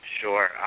Sure